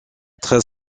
treize